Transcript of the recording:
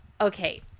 okay